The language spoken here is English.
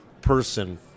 person